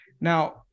Now